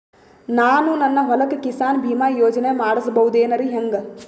ನಾನು ನನ್ನ ಹೊಲಕ್ಕ ಕಿಸಾನ್ ಬೀಮಾ ಯೋಜನೆ ಮಾಡಸ ಬಹುದೇನರಿ ಹೆಂಗ?